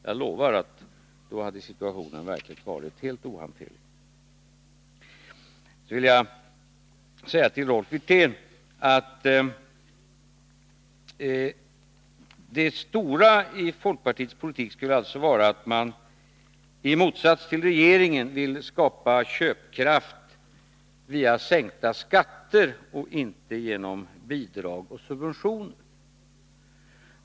Jag lovar att då hade situationen verkligen varit helt ohanterlig. Sedan vill jag säga till Rolf Wirtén att det stora i folkpartiets politik skulle alltså vara att folkpartiet i motsats till regeringen vill skapa köpkraft genom sänkta skatter och inte genom bidrag och subventioner.